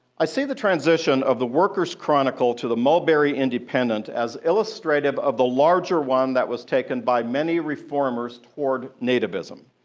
i see the transition of the workers' chronicle to the mulberry independent as illustrative of the larger one that was taken by many reformers toward nativism.